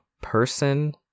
person